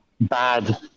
bad